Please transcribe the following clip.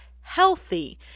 healthy